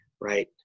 right